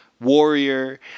warrior